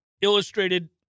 illustrated